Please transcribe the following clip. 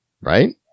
right